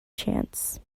chance